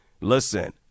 listen